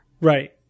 Right